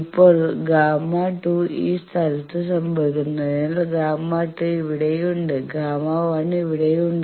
ഇപ്പോൾ Γ2 ഈ സ്ഥലത്ത് സംഭവിക്കുന്നതിനാൽ Γ2 ഇവിടെയുണ്ട് Γ1 ഇവിടെയുണ്ട്